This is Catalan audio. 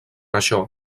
això